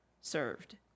served